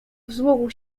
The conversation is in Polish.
wzmógł